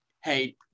hey